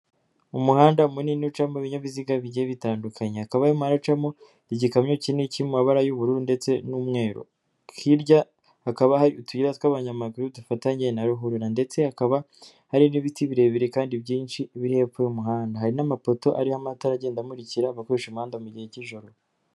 Umuhanda munini ucamo ibinyabiziga bigiye bitandukanye hakaba harimo haracamo igikamyo kinini cy'amabara y'ubururu ndetse n'umweru hirya hakaba hari utuyira tw'abanyamaguru dufatanye na ruhurura ndetse hakaba hari n'ibiti birebire kandi byinshi biri hefo y'umuhanda hari n'amapoto ariyo amatara agenda amurikira abakoresha umuhanda mu gihe cy'ijoro.